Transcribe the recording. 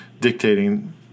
dictating